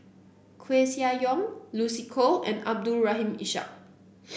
Koeh Sia Yong Lucy Koh and Abdul Rahim Ishak